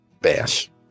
bash